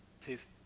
taste